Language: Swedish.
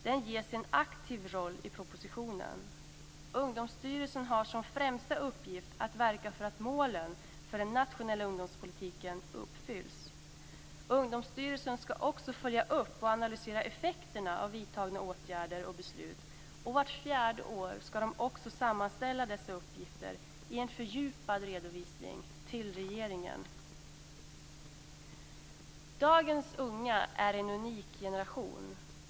Den ges en aktiv roll i propositionen. Ungdomsstyrelsen har som främsta uppgift att verka för att målen för den nationella ungdomspolitiken uppfylls. Ungdomsstyrelsen ska också följa upp och analysera effekterna av vidtagna åtgärder och fattade beslut. Vart fjärde år ska man även sammanställa dessa uppgifter i en fördjupad redovisning till regeringen. Dagens unga är en unik generation.